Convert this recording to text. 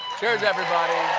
cheers, everybody!